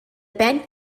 band